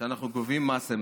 שאנחנו גובים מס אמת.